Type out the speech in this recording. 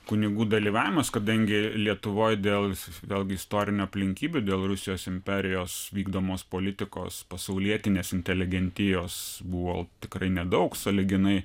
kunigų dalyvavimas kadangi lietuvoje dėl vėlgi istorinių aplinkybių dėl rusijos imperijos vykdomos politikos pasaulietinės inteligentijos buvo tikrai nedaug sąlyginai